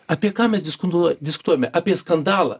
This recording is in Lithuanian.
apie ką mes diskutuo diskutuojame apie skandalą